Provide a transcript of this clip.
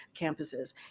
campuses